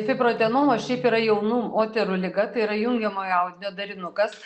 fibroadenoma šiaip yra jaunų moterų liga tai yra jungiamojo audinio darinukas